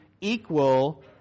equal